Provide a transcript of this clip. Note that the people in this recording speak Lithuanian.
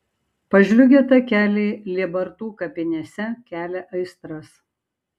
pažliugę takeliai lėbartų kapinėse kelia aistras